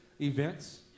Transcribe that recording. events